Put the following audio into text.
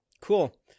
Cool